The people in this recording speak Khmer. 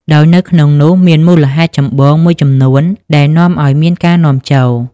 ដោយនៅក្នុងនោះមានមូលហេតុចម្បងមួយចំនួនដែលនាំឱ្យមានការនាំចូល។